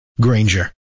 Granger